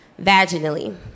vaginally